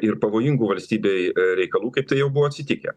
ir pavojingų valstybei reikalų kaip tai jau buvo atsitikę